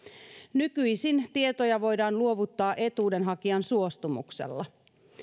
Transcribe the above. nykyisin tietoja voidaan luovuttaa etuuden hakijan suostumuksella